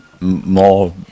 more